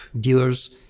dealers